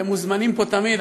אתם מוזמנים פה תמיד,